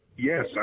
Yes